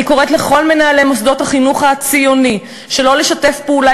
אני קוראת לכל מנהלי מוסדות החינוך הציוני שלא לשתף פעולה